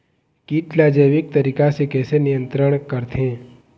कीट ला जैविक तरीका से कैसे नियंत्रण करथे?